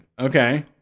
Okay